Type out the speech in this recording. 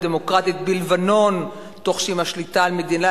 הדמוקרטית בלבנון תוך שהיא משליטה על מדינה